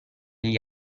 gli